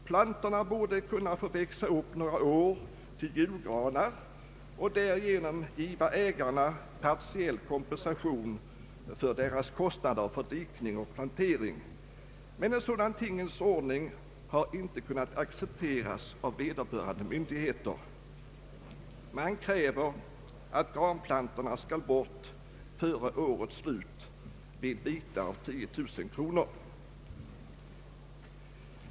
Plantorna borde kunna få växa upp några år till julgranar och därigenom giva ägarna partiell kompensation för deras kostnader för dikning och plantering. Men en sådan tingens ordning har inte kunnat accepteras av vederbörande myndigheter. Man kräver att granplantorna skall bort före årets slut vid vite av 10 000 kronor.